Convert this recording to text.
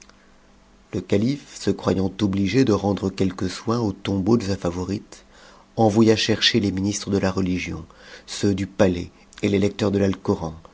le calife se croyant obligé de rendre quelques soins au tombeau de sa vorite envoya chercher les ministres de la religion ceux du palais et les lecteurs de l'alcoran